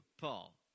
Paul